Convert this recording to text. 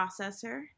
processor